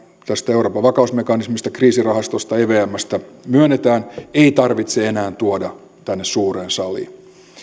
tästä euroopan vakausmekanismista kriisirahastosta evmstä myönnetään ei tarvitse enää tuoda tänne suureen saliin